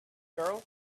girl